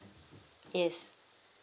yes